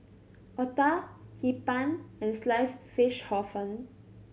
otah Hee Pan and slice fish Hor Fun